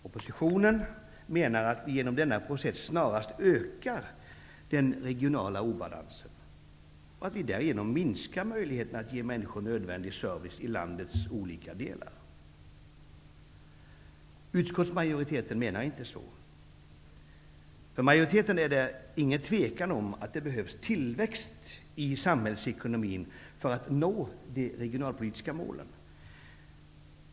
Oppositionen menar att vi genom denna process snarast ökar den regionala obalansen och därigenom minskar möjligheterna att ge människor nödvändig service i landets olika delar. För utskottsmajoriteten är det emellertid ingen tvekan om att det behövs tillväxt i samhällsekonomin för att nå de regionalpolitiska målen.